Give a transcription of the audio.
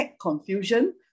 Confusion